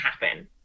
happen